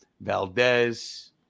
Valdez